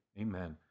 Amen